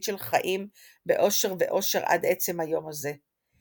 של חיים 'באושר ועושר עד עצם היום הזה'.